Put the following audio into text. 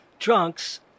Drunks